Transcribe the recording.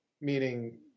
Meaning